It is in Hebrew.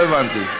לא הבנתי.